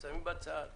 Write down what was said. אז שמים בצד לתיקון.